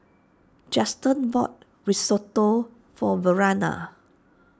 Juston bought Risotto for Verena